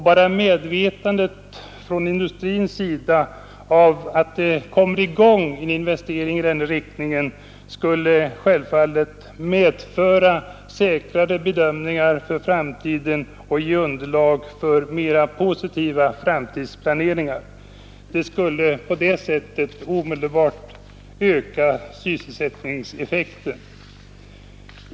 Bara medvetandet från industrins sida av att det kommer i gång en investering i den riktningen skulle självfallet medföra positivare bedömningar för framtiden och ge underlag för mera säkra framtidsplaneringar. Det skulle på det sättet omedelbart öka sysselsättningseffekten.